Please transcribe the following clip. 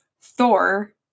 Thor